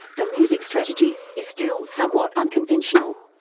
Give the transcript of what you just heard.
the music strategy is still somewhat unconventional.